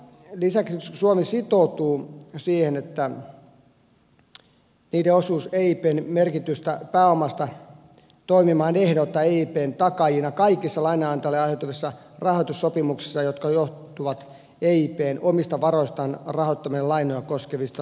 lisäksi suomi sitoutuu suhteessa osuuteensa eipn merkitystä pääomasta toimimaan ehdoitta eipn takaajana kaikissa lainanantajille aiheutuvissa rahoitussopimuksissa jotka johtuvat eipn omista varoistaan rahoittamia lainoja koskevista sopimuksista